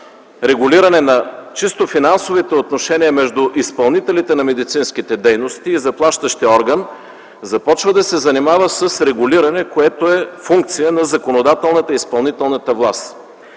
регулиране на чисто финансовите отношения между изпълнителите на медицинските дейности и заплащащия орган, започва да се занимава с регулиране, което е функция на законодателната и изпълнителната власт.